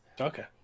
Okay